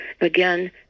Again